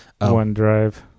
OneDrive